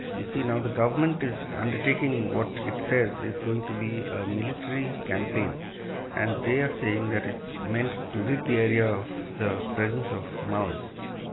you see now the government is undertaking what it says says is going to be a military campaign and they are saying that it's meant to rid the area of the presence of maoists,